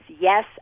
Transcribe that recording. yes